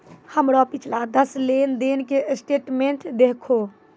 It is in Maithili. हमरो पिछला दस लेन देन के स्टेटमेंट देहखो